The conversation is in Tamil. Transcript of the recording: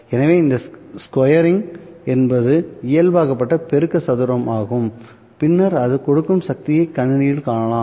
எனவேஇந்த ஸ்கேரிங் என்பது இயல்பாக்கப்பட்ட பெருக்க சதுரம் ஆகும் பின்னர் அது கொடுக்கும் சக்தியைக் கணினியில் காணலாம்